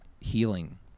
healing